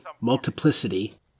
Multiplicity